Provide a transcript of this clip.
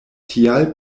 tial